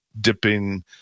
dipping